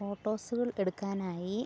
ഫോട്ടോസ്സുകൾ എടുക്കാനായി